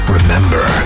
Remember